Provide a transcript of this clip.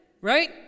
right